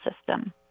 system